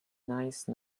nice